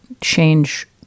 change